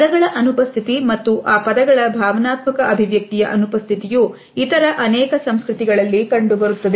ಪದಗಳ ಅನುಪಸ್ಥಿತಿ ಮತ್ತು ಆ ಪದಗಳ ಭಾವನಾತ್ಮಕ ಅಭಿವ್ಯಕ್ತಿಯ ಅನುಪಸ್ಥಿತಿಯುಇತರ ಅನೇಕ ಸಂಸ್ಕೃತಿಗಳಲ್ಲಿ ಕಂಡುಬರುತ್ತದೆ